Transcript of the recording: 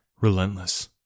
relentless